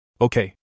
Okay